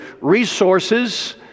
resources